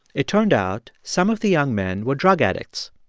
it turned out some of the young men were drug addicts.